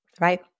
right